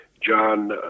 John